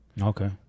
Okay